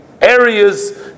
areas